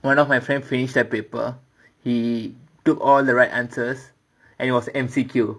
one of my friend finish that paper he took all the right answers and it was M_C_Q